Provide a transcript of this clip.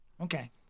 Okay